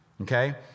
okay